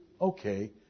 Okay